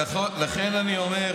לכן אני אומר,